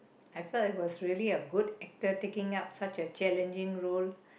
I felt it was really a good actor taking up such a challenging role